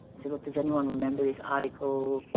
so like does anyone remember this article?